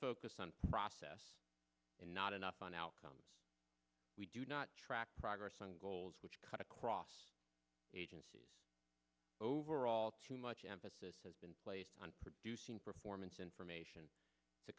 focus on process and not enough on outcomes we do not track progress on goals which cut across agencies overall too much emphasis has been placed on producing performance information to